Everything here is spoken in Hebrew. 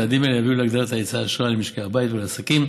צעדים אלה יביאו להגדלת היצע האשראי למשקי הבית ולעסקים,